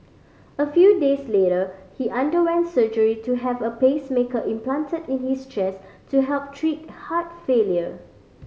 a few days later he underwent surgery to have a pacemaker implanted in his chest to help treat heart failure